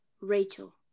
Rachel